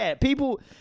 people